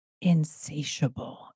Insatiable